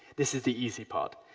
this is the easy part.